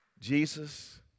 Jesus